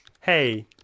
hey